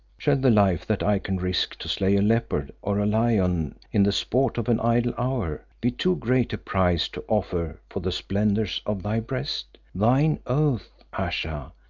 shall the life that i can risk to slay a leopard or a lion in the sport of an idle hour, be too great a price to offer for the splendours of thy breast? thine oath! ayesha,